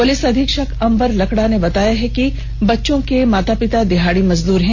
police अधीक्षक अंबर लकड़ा ने बताया कि दोनों बच्चों के मां बाप दिहाडी मजदूर हैं